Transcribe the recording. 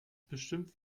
bestimmt